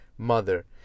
mother